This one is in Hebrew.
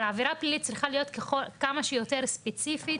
אבל עבירה פלילית צריכה להיות כמה שיותר ספציפית,